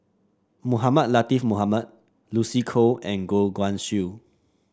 Mohamed Latiff Mohamed Lucy Koh and Goh Guan Siew